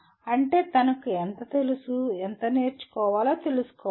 అంటే తనకు ఎంత తెలుసు ఎంత నేర్చుకోవాలో తెలుసుకోవాలి